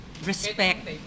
respect